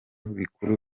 bikuru